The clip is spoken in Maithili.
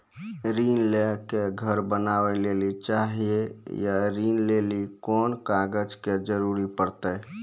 ऋण ले के घर बनावे लेली चाहे या ऋण लेली कोन कागज के जरूरी परतै?